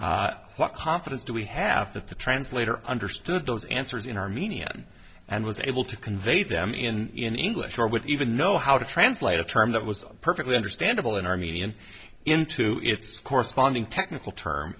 what confidence do we have that the translator understood those answers in armenian and was able to convey them in english or would even know how to translate a term that was perfectly understandable in armenian into its corresponding technical term